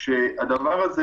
לדוגמה,